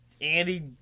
Andy